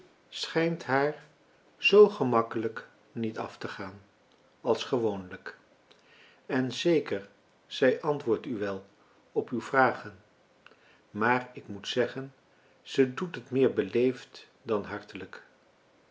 schijnt haar zoo gemakkelijk niet af te gaan als gewoonlijk en zeker zij antwoordt u wel op uw vragen maar ik moet zeggen ze doet het meer beleefd dan hartelijk